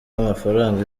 y’amafaranga